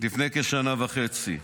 ללפני כשנה וחצי?